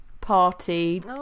party